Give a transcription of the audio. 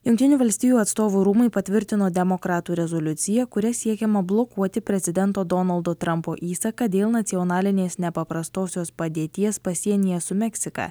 jungtinių valstijų atstovų rūmai patvirtino demokratų rezoliuciją kuria siekiama blokuoti prezidento donaldo trampo įsaką dėl nacionalinės nepaprastosios padėties pasienyje su meksika